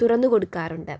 തുറന്നു കൊടുക്കാറുണ്ട്